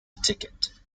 ticket